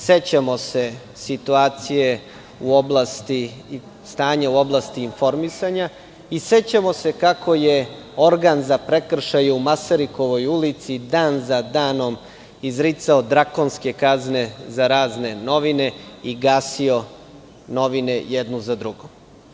Sećamo se situacije stanja u oblasti informisanja i sećamo se kako je organ za prekršaje u Masarikovoj ulici dan za danom izricao drakonske kazne za razne novine i gasio novine jednu za drugom.